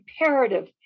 imperative